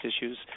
issues